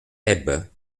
haybes